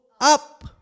up